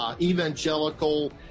evangelical